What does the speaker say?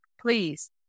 please